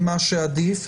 אבל אם יש כמה עבירות ביחד.